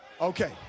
okay